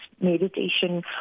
meditation